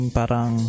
parang